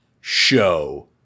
show